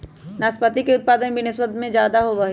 नाशपाती के उत्पादन विदेशवन में ज्यादा होवा हई